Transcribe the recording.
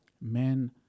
men